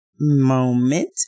moment